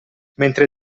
mentre